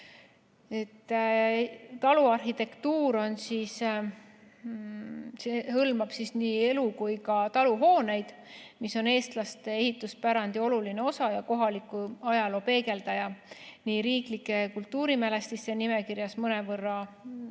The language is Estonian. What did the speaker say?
Taluarhitektuur hõlmab nii elu- kui ka taluhooneid, mis on eestlaste ehituspärandi oluline osa ja kohaliku ajaloo peegeldaja. See on riiklike kultuurimälestiste nimekirjas mõnevõrra